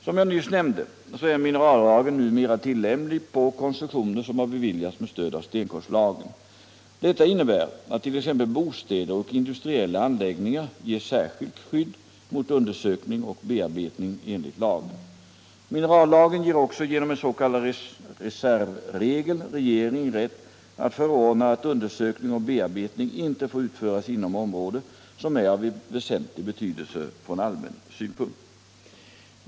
Som jag nyss nämnde är minerallagen numera tillämplig på koncessioner som har beviljats med stöd av stenkolslagen. Detta innebär att t.ex. bostäder och industriella anläggningar ges särskilt skydd mot undersökning och bearbetning enligt lagen. Minerallagen ger också genom en s.k. reservregel regeringen rätt att förordna att undersökning och bearbetning inte får utföras inom område som är av väsentlig betydelse från allmän synpunkt.